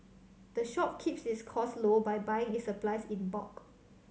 the shop keeps its cost low by buying its supplies in bulk